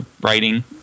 writing